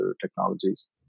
technologies